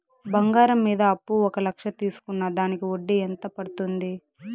బంగారం మీద అప్పు ఒక లక్ష తీసుకున్న దానికి వడ్డీ ఎంత పడ్తుంది?